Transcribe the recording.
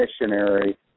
missionary